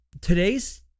today's